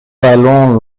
talons